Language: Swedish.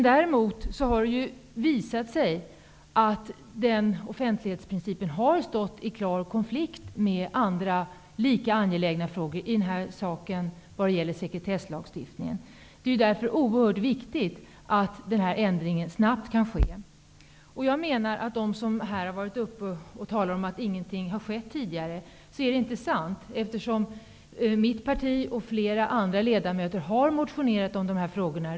Däremot har det visat sig att offentlighetsprincipen har stått i konflikt med andra lika angelägna intressen, i det här fallet med sekretesslagstiftningen. Det är därför oerhört viktigt att denna ändring snabbt kan genomföras. Det är inte sant att det inte tidigare har skett någonting, vilket flera här har sagt. Mitt parti och flera andra ledamöter har motionerat i dessa frågor.